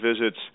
visits